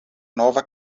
nova